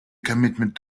commitment